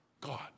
God